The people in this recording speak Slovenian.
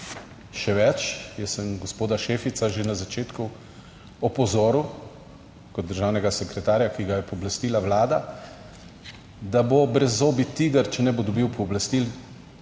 Še več, jaz sem gospoda Šefica že na začetku opozoril kot državnega sekretarja, ki ga je pooblastila Vlada, da bo brezzobi tiger, če ne bo dobil pooblastil